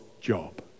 job